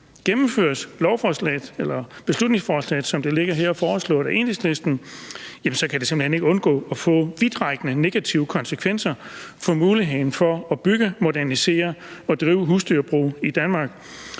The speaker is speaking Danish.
Gennemføres beslutningsforslaget, som det ligger her foreslået af Enhedslisten, kan det simpelt hen ikke undgå at få vidtrækkende negative konsekvenser for muligheden for at opbygge og modernisere og drive husdyrbrug i Danmark,